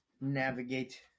navigate